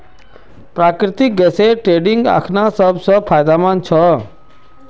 प्राकृतिक गैसेर ट्रेडिंग अखना सब स फायदेमंद छ